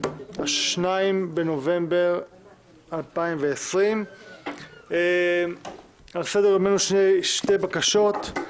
2 בנובמבר 2020. על סדר-היום שתי בקשות.